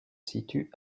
situe